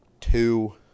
Two